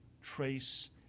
trace